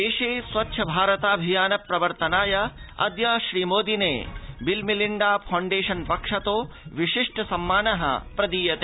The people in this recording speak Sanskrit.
देशे स्वच्छ भारताऽभियान प्रवर्तनाय अद्य श्रीमोदिने बिल् मिलिण्डा फाउण्डेशन् पक्षतो विशिष्ट सम्मानः समर्पयिष्यते